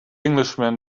englishman